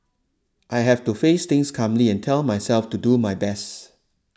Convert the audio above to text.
I have to face things calmly and tell myself to do my best